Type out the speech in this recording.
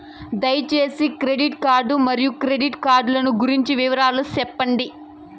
దయసేసి credit card మరియు credit card లు గురించి వివరాలు సెప్పండి?